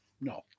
No